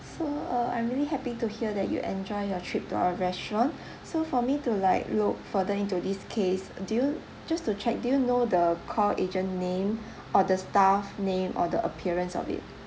so uh I'm really happy to hear that you enjoy your trip to our restaurant so for me to like look further into this case do you just to check do you know the call agent name or the staff name or the appearance of it